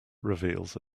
reveals